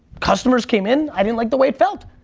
customers came in, i didn't like the way it felt.